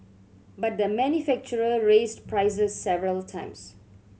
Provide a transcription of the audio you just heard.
but the manufacturer raised prices several times